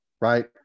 right